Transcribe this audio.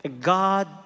God